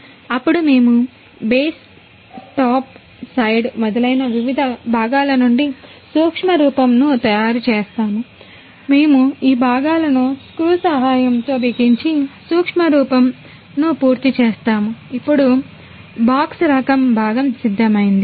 అప్పుడు మేము base top side మొదలైన వివిధ భాగాల నుండి సూక్ష్మ రూపమును పూర్తి చేస్తాము ఇప్పుడు బాక్స్ రకం భాగం సిద్ధమైంది